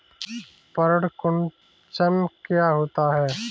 पर्ण कुंचन क्या होता है?